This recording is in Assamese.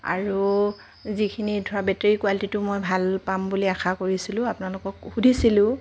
আৰু যিখিনি ধৰা বেটেৰী কুৱালিটিটো মই ভাল পাম বুলি আশা কৰিছিলোঁ আপোনালোকক সুধিছিলোও